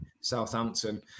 Southampton